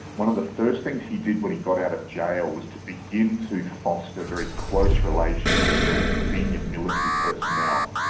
one of the first things he did when he got out of jail was to begin to foster very close relations with very senior military personnel.